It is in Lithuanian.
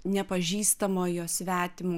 nepažįstamojo svetimo